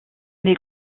les